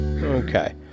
Okay